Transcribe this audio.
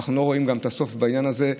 ואנחנו גם לא רואים את הסוף בעניין הזה,